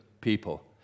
people